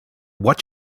what